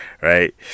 right